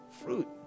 fruit